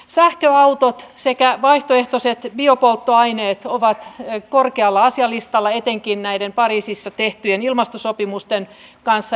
sähköautot sekä vaihtoehtoiset biopolttoaineet ovat korkealla asialistalla etenkin näiden pariisissa tehtyjen ilmastosopimusten kanssa